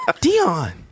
Dion